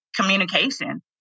communication